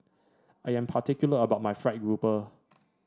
I am particular about my fried grouper